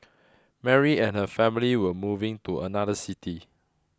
Mary and her family were moving to another city